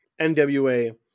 NWA